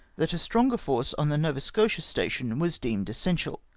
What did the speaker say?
that a stronger force on the nova scotia station was deemed essential.